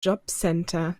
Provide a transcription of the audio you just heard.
jobcenter